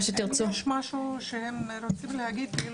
אם יש משהו שהם רוצים להגיד,